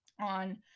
on